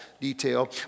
detail